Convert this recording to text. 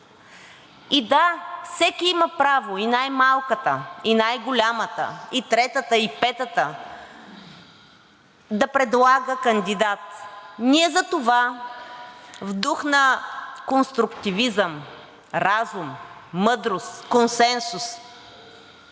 И да, всеки има право, и най-малката, и най-голямата, и третата, и петата, да предлага кандидат. Ние затова в дух на конструктивизъм, разум, мъдрост, консенсус